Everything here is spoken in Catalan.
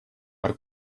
per